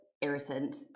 irritant